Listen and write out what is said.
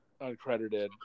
uncredited